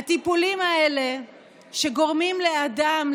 הטיפולים האלה גורמים לאדם,